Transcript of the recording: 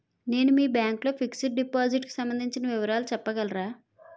నేను మీ బ్యాంక్ లో ఫిక్సడ్ డెపోసిట్ కు సంబందించిన వివరాలు చెప్పగలరా?